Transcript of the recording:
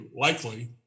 likely